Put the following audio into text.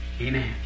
amen